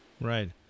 Right